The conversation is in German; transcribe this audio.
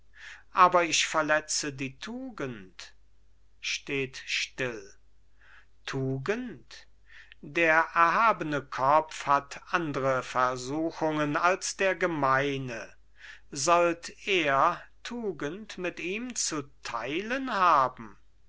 aber ich verletze die tugend steht still tugend der erhabene kopf hat andre versuchungen als der gemeine sollt er tugend mit ihm zu teilen haben